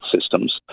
systems